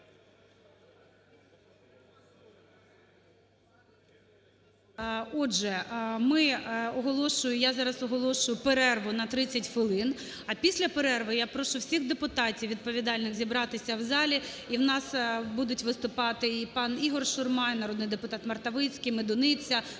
Отже, я зараз оголошую перерву на 30 хвилин. А після перерви я прошу всіх депутатів відповідальних зібратися в залі. І в нас будуть виступати і пан Ігор Шурма, і народний депутат Мартовицький, Медуниця,